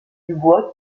dubois